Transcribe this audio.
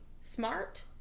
smart